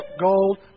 Gold